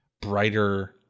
Brighter